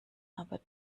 aber